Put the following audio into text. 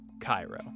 Cairo